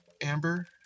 Amber